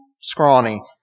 scrawny